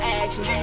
action